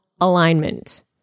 Alignment